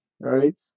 right